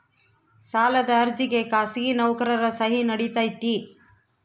ಸಾಲದ ಅರ್ಜಿಗೆ ಖಾಸಗಿ ನೌಕರರ ಸಹಿ ನಡಿತೈತಿ?